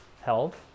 held